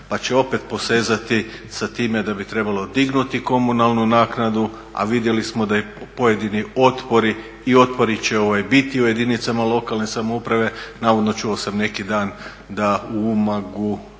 pa će opet posezati za time da bi trebalo dignuti komunalnu naknadu, a vidjeli smo da i pojedini otpori i otpori će biti u jedinicama lokalne samouprave. Navodno čuo sam neki dan da u Umagu